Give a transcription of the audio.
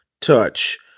touch